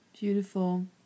Beautiful